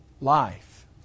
life